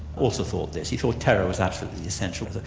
also thought this, he thought terror was absolutely essential.